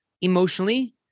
emotionally